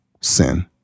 sin